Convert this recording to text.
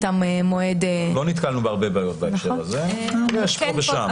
לא נתקלנו בהרבה בעיות בהקשר הזה, אבל יש פה ושום.